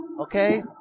Okay